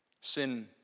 Sin